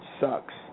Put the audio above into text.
sucks